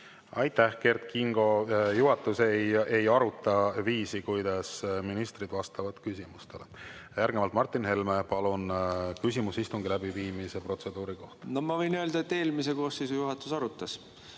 Aitäh, Kert Kingo! Juhatus ei aruta viisi, kuidas ministrid vastavad küsimustele. Järgnevalt Martin Helme, palun, küsimus istungi läbiviimise protseduuri kohta! No ma võin öelda, et eelmise koosseisu juhatus arutas,